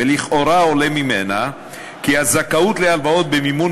ולכאורה עולה ממנה כי הזכאות להלוואות במימון